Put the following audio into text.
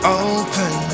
open